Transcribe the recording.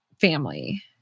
family